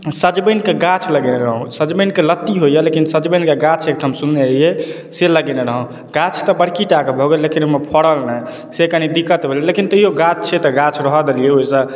सजमनिके गाछ लगेलहुँ सजमनिके लत्ती होइए लेकिन सजमनिके गाछ एकठाम सुनने रहियै से लगेने रहौँ गाछ तऽ बड़की टा के भऽ गेल लेकिन ओहिमे फड़ल नहि से कनि दिक्कत भेल लेकिन तैयो गाछ छै तऽ गाछ रहय देलियै ओहिसँ